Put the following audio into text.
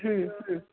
ಹ್ಞೂ ಹ್ಞೂ